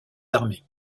armées